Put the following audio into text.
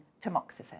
tamoxifen